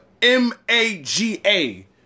M-A-G-A